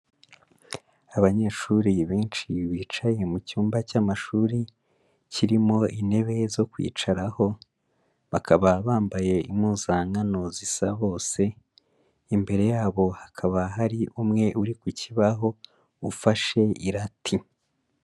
Abanyeshuri benshi bicaye mu cyumba cy'amashuri kirimo intebe zo kwicaraho, bakaba bambaye impuzankano zisa bose, imbere yabo hakaba hari umwe uri ku kibaho, ufashe irati.